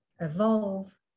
evolve